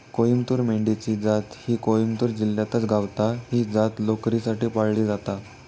कोईमतूर मेंढी ची जात ही कोईमतूर जिल्ह्यातच गावता, ही जात लोकरीसाठी पाळली जाता